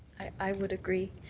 i would agree.